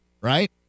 right